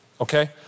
Okay